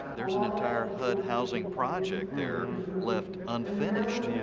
there's an entire hud housing project there left unfinished. yeah.